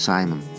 Simon